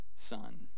Son